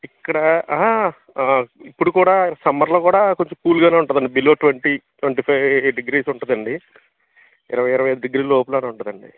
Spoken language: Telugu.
ఇక్కడ ఆ ఇప్పుడు కూడా సమ్మర్లో కూడా కొంచెం కూల్గానే ఉంటుందండి below twenty twenty five degrees ఉంటుందండి ఇరవై ఇరవై ఐదు డిగ్రీ లోపలనే ఉంటుందండి